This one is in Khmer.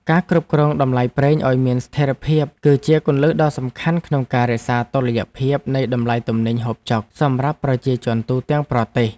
ការគ្រប់គ្រងតម្លៃប្រេងឱ្យមានស្ថិរភាព គឺជាគន្លឹះដ៏សំខាន់ក្នុងការរក្សាតុល្យភាពនៃតម្លៃទំនិញហូបចុកសម្រាប់ប្រជាជនទូទាំងប្រទេស។